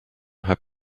have